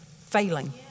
failing